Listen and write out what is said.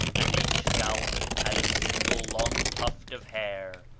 and each scalp had a single long tuft of hair,